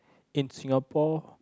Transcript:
in Singapore